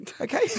Okay